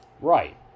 Right